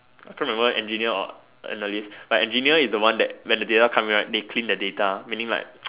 I can't remember engineer or analyst but engineer is the one that when data comes right they clean the data meaning like